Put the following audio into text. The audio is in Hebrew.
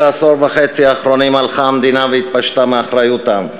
בעשור וחצי האחרונים הלכה המדינה והתפשטה מאחריותה,